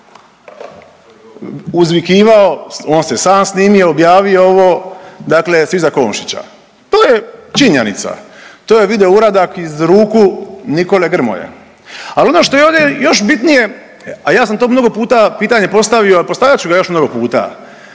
uzvikivao, on se sam snimao, objavio ovo, dakle svi za Komšića. To je činjenica. To je video uradak iz ruku Nikole Grmoje. Ali ono što je ovdje još bitnije, a ja sam to mnogo puta pitanje postavio, a postavljat ću ga još mnogo puta.